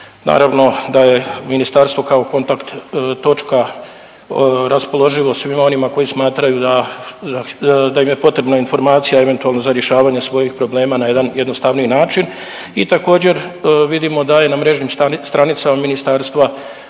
naravno da je ministarstvo kao kontakt točka raspoloživo svima onima koji smatraju da, da im je potrebna informacija eventualno za rješavanje svojih problema na jedan jednostavniji način i također vidimo da je na mrežnim stranicama ministarstva